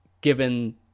given